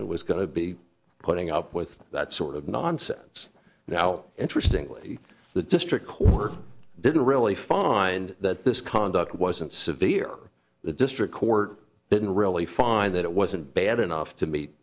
to be putting up with that sort of nonsense now interestingly the district court didn't really find that this conduct wasn't severe the district court didn't really find that it wasn't bad enough to meet